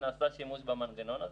ונעשה שימוש במנגנון הזה.